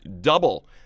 double